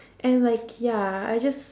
and like ya I just